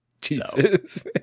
Jesus